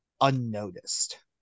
unnoticed